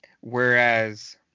whereas